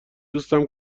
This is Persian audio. دوستم